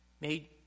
made